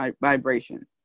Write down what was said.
vibration